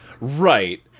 Right